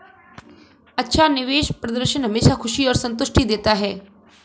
अच्छा निवेश प्रदर्शन हमेशा खुशी और संतुष्टि देता है